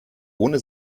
ohne